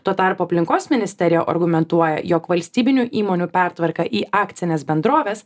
tuo tarpu aplinkos ministerija argumentuoja jog valstybinių įmonių pertvarka į akcines bendroves